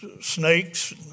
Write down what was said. snakes